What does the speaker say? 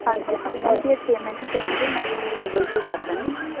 ਹਾਂਜੀ immediate payment ਹੀ ਕਰਾਂਗੇ ਮੈਂ ਤੁਹਾਨੂੰ ਗੂਗਲ ਪੇ ਕਰ ਦਾਂਗੀ